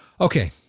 Okay